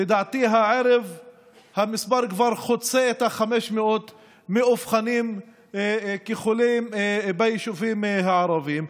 לדעתי הערב המספר כבר חוצה את 500 המאובחנים כחולים ביישובים הערביים.